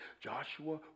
Joshua